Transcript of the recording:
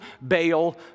Baal